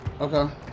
Okay